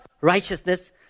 righteousness